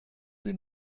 sie